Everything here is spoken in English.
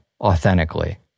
authentically